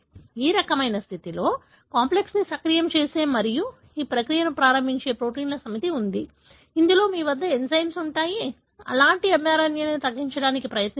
ఈ రకమైన స్థితిలో కాంప్లెక్స్ని సక్రియం చేసే మరియు ఒక ప్రక్రియను ప్రారంభించే ప్రోటీన్ల సమితి ఉన్నాయి ఇందులో మీ వద్ద ఎంజైమ్ ఉంటుంది అలాంటి mRNA లను తగ్గించడానికి ప్రయత్నిస్తుంది